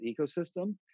ecosystem